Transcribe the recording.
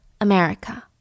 America